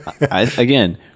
Again